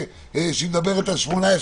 שמדברת על 18,